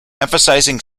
emphasizing